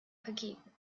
vergeben